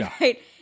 right